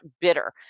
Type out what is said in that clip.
bitter